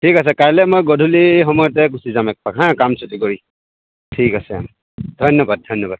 ঠিক আছে কাইলে মই গধূলি সময়তে গুচি যাম এপাক হা কাম ছুটি কৰি ঠিক আছে অঁ ধন্যবাদ ধন্যবাদ